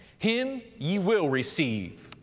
him ye will receive.